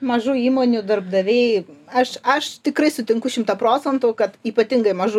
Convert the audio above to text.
mažų įmonių darbdaviai aš aš tikrai sutinku šimtą procentų kad ypatingai mažų